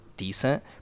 decent